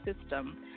system